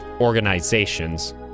organizations